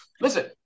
Listen